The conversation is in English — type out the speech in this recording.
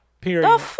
period